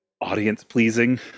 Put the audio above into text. audience-pleasing